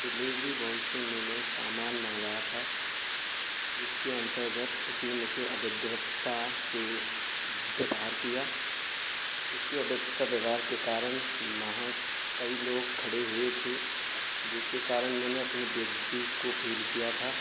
delivery boy से मैंने सामान मँगवाया था जिसके अंतर्गत उसने मुझसे अभद्रता से व्यवहार किया उसके अभद्रता व्यवहार के कारण वहाँ कई लोग खड़े हुए थे जिसके कारण मैंने अपनी बेइज्ज़ती को फील किया था